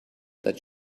that